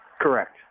Correct